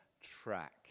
track